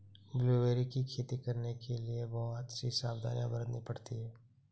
blueberry की खेती करने के लिए बहुत सी सावधानियां बरतनी पड़ती है